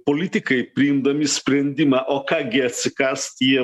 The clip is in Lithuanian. politikai priimdami sprendimą o ką gi atsikąst jie